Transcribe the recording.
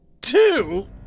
two